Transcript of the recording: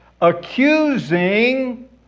accusing